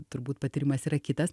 turbūt patyrimas yra kitas